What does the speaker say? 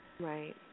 Right